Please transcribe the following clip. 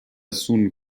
sun